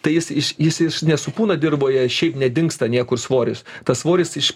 tai jis iš jis iš nesupūna dirvoje šiaip nedingsta niekur svoris tas svoris iš